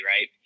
right